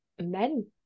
men